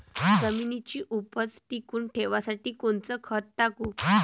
जमिनीची उपज टिकून ठेवासाठी कोनचं खत टाकू?